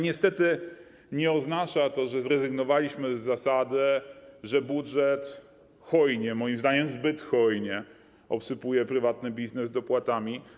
Niestety nie oznacza to, że zrezygnowaliśmy z zasady, że budżet hojnie, moim zdaniem zbyt hojnie, obsypuje prywatny biznes dopłatami.